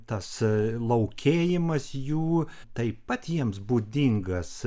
tas laukėjimas jų taip pat jiems būdingas